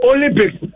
Olympics